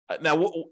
Now